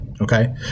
okay